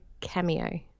cameo